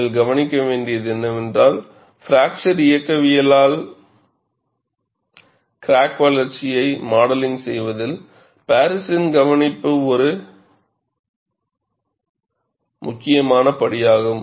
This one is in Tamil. நீங்கள் கவனிக்க வேண்டியது என்னவென்றால் பிராக்சர் இயக்கவியலால் கிராக் வளர்ச்சியை மாடலிங் செய்வதில் பாரிஸின் கவனிப்பு ஒரு முக்கியமான படியாகும்